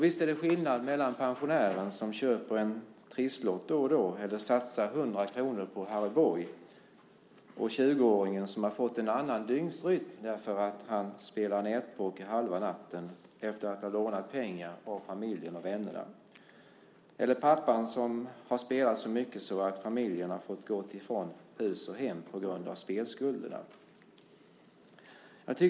Visst är det skillnad mellan pensionären som köper en trisslott då och då, eller satsar 100 kr på Harry Boy, och 20-åringen som har fått en annan dygnsrytm därför att han spelar nätpoker halva natten efter att ha lånat pengar av familjen och vännerna, eller pappan som har spelat så mycket att familjen har fått gå ifrån hus och hem på grund av spelskulderna.